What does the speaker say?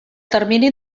termini